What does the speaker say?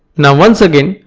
now, once again,